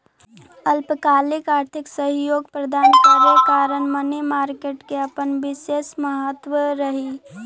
अल्पकालिक आर्थिक सहयोग प्रदान करे कारण मनी मार्केट के अपन विशेष महत्व रहऽ हइ